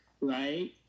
right